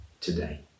today